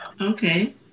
Okay